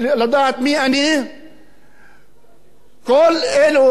כל אלה מהתקשורת שדיברו עלי אמרו "קבלן קולות".